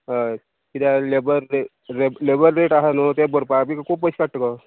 हय किद्या labour rate labour rate आसा न्हू ते भरपा बी खूब पयशे काडट गो